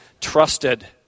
trusted